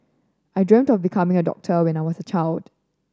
I dreamt of becoming a doctor when I was child